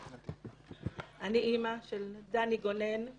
אני אימא של דני גונן,